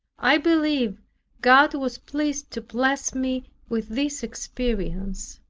i believe god was pleased to bless me with this experience.